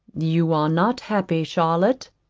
you are not happy, charlotte,